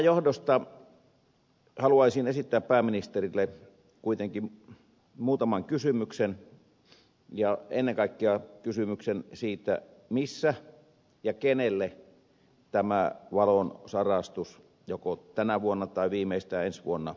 tämän johdosta haluaisin esittää pääministerille kuitenkin muutaman kysymyksen ja ennen kaikkea kysymyksen siitä missä ja kenelle tämä valon sarastus joko tänä vuonna tai viimeistään ensi vuonna näkyy